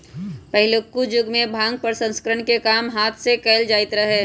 पहिलुक जुगमें भांग प्रसंस्करण के काम हात से कएल जाइत रहै